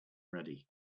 ready